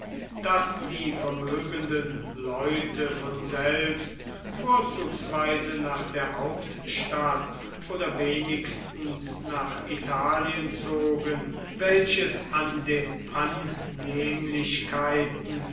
daß die vermögenden leute von selbst vorzugsweise nach der hauptstadt oder wenigstens nach italien zogen welches an den